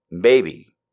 Baby